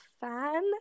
fan